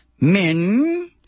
men